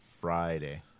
Friday